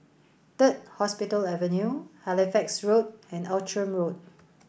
Third Hospital Avenue Halifax Road and Outram Road